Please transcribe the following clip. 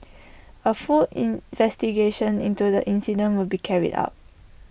A full investigation into the incident will be carried out